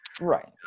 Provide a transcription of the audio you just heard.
right